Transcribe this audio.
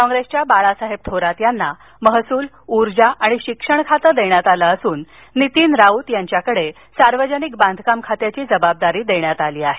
कॉप्रेसच्या बाळासाहेब थोरात यांना महसूल उर्जा आणि शिक्षण खातं देण्यात आलं असून नितीन राऊत यांना सार्वजनिक बांधकाम खात्याची जबाबदारी देण्यात आली आहे